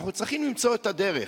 אנחנו צריכים למצוא את הדרך.